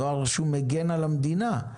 דואר רשום מגן על המדינה.